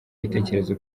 bitekerezo